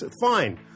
fine